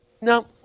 No